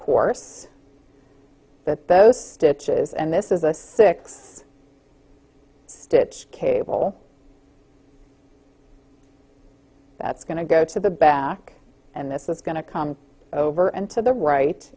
course that those stitches and this is a six stitch cable that's going to go to the back and this is going to come over and to the right